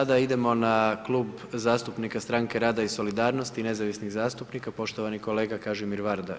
Sada idemo na Klub zastupnika Stranke rada i solidarnosti i nezavisnih zastupnika, poštovani kolega Kažimir Varda.